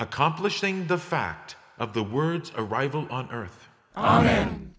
accomplishing the fact of the words arrival on earth ok an